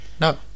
No